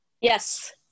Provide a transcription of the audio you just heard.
Yes